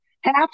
Half